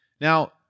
Now